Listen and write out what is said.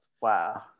Wow